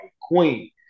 queen